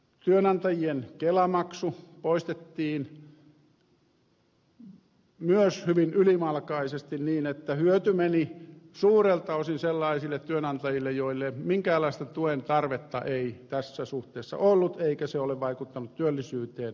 työnantajien kelamaksu poistettiin myös hyvin ylimalkaisesti niin että hyöty meni suurelta osin sellaisille työnantajille joilla minkäänlaista tuen tarvetta ei tässä suhteessa ollut eikä se ole vaikuttanut työllisyyteen yhtään